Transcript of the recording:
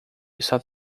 está